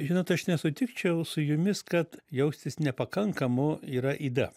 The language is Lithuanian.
žinot aš nesutikčiau su jumis kad jaustis nepakankamu yra yda